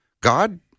God